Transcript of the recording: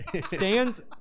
stands